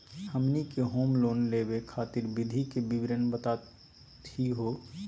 हमनी के home loan लेवे खातीर विधि के विवरण बताही हो?